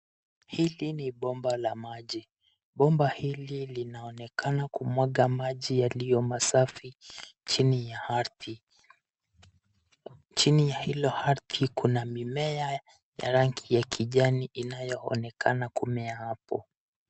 Hili ni pomba la maji, pomba hili linaonekana kuwa mwaka maji yaliyo masafi jini ya aridhi. Jini hilo ya aridhi kuna mimea ya rangi ya kijani inayoonekana kumea hapo.